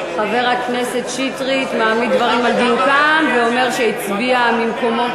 חבר הכנסת שטרית מעמיד דברים על דיוקם ואומר שהצביע ממקומו,